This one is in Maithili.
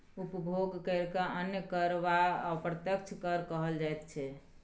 उपभोग करकेँ अन्य कर वा अप्रत्यक्ष कर कहल जाइत छै